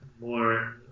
more